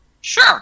sure